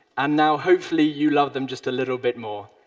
and now, hopefully you love them just a little bit more.